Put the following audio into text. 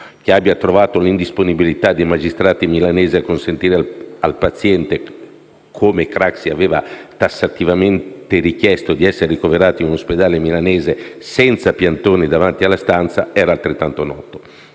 Che abbia trovato l'indisponibilità dei magistrati milanesi a consentire al paziente, come Craxi aveva tassativamente richiesto, di essere ricoverato in un ospedale milanese senza piantoni davanti alla stanza, era altrettanto noto.